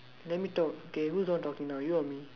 let me talk K who's the one talking now you or me